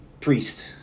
Priest